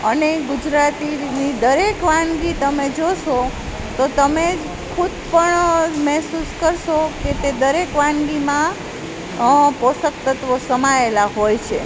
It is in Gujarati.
અને ગુજરાતીની દરેક વાનગી તમે જોશો તો તમે જ ખુદ પણ મેહસૂસ કરશો કે તે દરેક વાનગીમાં પોષક તત્વો સમાયેલાં હોય છે